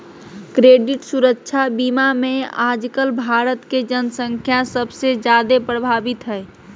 credit सुरक्षा बीमा मे आजकल भारत के जन्संख्या सबसे जादे प्रभावित हय